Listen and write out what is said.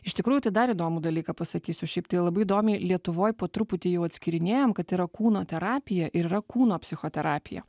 iš tikrųjų tai dar įdomų dalyką pasakysiu šiaip tai labai įdomiai lietuvoj po truputį jau atskirinėjam kad yra kūno terapija ir yra kūno psichoterapija